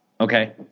Okay